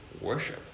worship